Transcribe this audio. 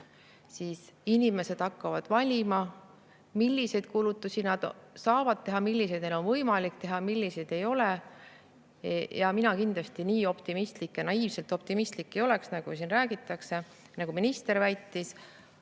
siis inimesed hakkavad valima, milliseid kulutusi nad saavad teha, milliseid on võimalik teha, milliseid ei ole. Mina kindlasti nii optimistlik, naiivselt optimistlik ei oleks, nagu siin räägitakse, nagu minister väitis.